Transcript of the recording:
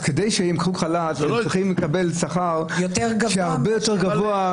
כדי שהם ייקחו חל"ת הם צריכים לקבל הרבה יותר גבוה,